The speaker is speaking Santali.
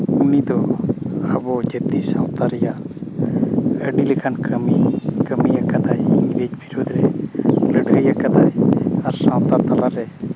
ᱩᱱᱤ ᱫᱚ ᱟᱵᱚ ᱡᱟᱹᱛᱤ ᱥᱟᱶᱛᱟ ᱨᱮᱭᱟᱜ ᱟᱹᱰᱤ ᱞᱮᱠᱟᱱ ᱠᱟᱹᱢᱤ ᱠᱟᱹᱢᱤ ᱟᱠᱟᱫᱟᱭ ᱤᱝᱨᱮᱡᱽ ᱵᱤᱨᱩᱫᱷ ᱨᱮ ᱞᱟᱹᱲᱦᱟᱹᱭ ᱠᱟᱫᱟᱭ ᱟᱨ ᱥᱟᱶᱛᱟ ᱛᱟᱞᱟᱨᱮ